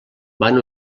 van